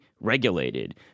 regulated